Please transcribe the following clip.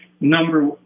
number